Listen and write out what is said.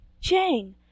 Jane